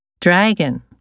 Dragon